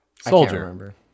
Soldier